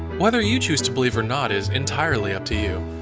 whether you choose to believe or not is entirely up to you.